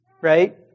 right